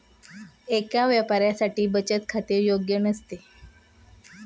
एका व्यापाऱ्यासाठी बचत खाते योग्य नसते